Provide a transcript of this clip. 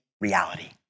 reality